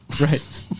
Right